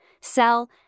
sell